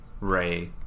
ray